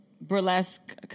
burlesque